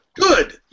good